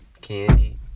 Candy